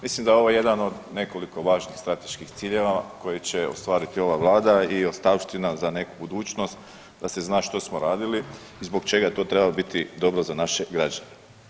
Mislim da je ovo jedan od nekoliko važnih strateških ciljeva koji će ostvariti ova Vlada i ostavština za neku budućnost da se zna što smo radili, zbog čega je to trebalo biti dobro za naše građane.